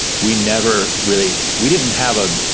we never really, we didn't have a,